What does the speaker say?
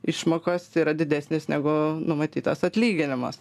išmokos yra didesnės negu numatytas atlyginimas